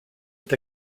est